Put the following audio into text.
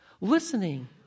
Listening